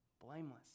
blameless